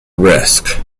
risk